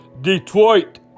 Detroit